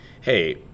hey